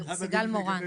ברשותך,